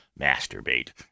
Masturbate